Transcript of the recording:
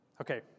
Okay